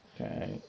Okay